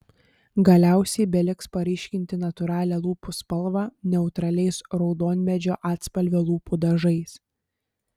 galiausiai beliks paryškinti natūralią lūpų spalvą neutraliais raudonmedžio atspalvio lūpų dažais